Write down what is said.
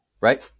Right